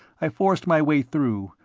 i forced my way through,